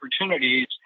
opportunities